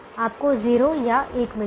आपको 0 या 1 मिलेगा